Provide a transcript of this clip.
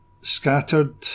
scattered